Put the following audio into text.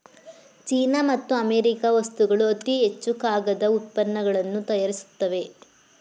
China ಮತ್ತು America ವಸ್ತುಗಳು ಅತಿ ಹೆಚ್ಚು ಕಾಗದ ಉತ್ಪನ್ನಗಳನ್ನು ತಯಾರಿಸುತ್ತವೆ